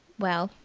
well,